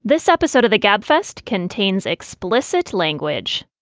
this episode of the gabfest contains explicit language.